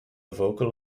vocal